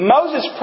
Moses